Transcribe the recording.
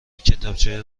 کتابچه